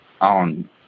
on